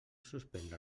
suspendre